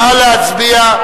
נא להצביע.